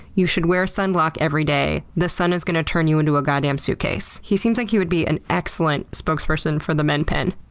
you should wear sunblock every day. the sun is going to turn you into a goddamned suitcase. he seems like he would be an excellent spokesperson for the men pen,